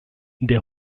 der